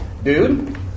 Dude